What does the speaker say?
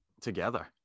together